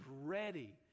ready